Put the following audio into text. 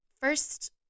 first